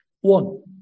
One